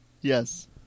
Yes